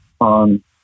on